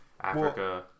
africa